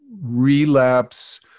relapse